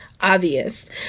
obvious